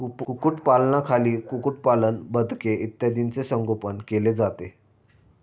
कुक्कुटपालनाखाली कुक्कुटपालन, बदके इत्यादींचे संगोपन केले जाते